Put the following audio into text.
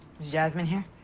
jasmine here?